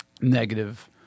negative